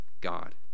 God